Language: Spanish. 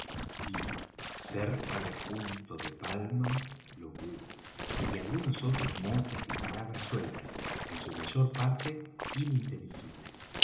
cerca de punta de palma lo hubo y algunos otros motes y palabras sueltas en su mayor parte ininteligibles